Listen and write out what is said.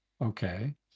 Okay